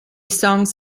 songs